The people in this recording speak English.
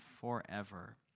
forever